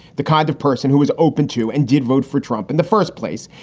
the kind of person who is open to and did vote for trump in the first place.